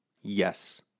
yes